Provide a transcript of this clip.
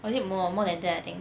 was it more more than that I think